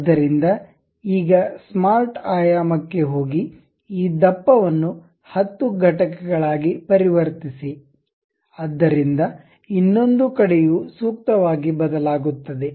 ಆದ್ದರಿಂದ ಈಗ ಸ್ಮಾರ್ಟ್ ಆಯಾಮಕ್ಕೆ ಹೋಗಿ ಈ ದಪ್ಪವನ್ನು 10 ಘಟಕಗಳಾಗಿ ಪರಿವರ್ತಿಸಿ ಆದ್ದರಿಂದ ಇನ್ನೊಂದು ಕಡೆಯೂ ಸೂಕ್ತವಾಗಿ ಬದಲಾಗುತ್ತದೆ